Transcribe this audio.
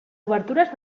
obertures